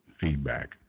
feedback